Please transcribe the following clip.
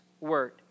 word